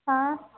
हां